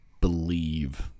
believe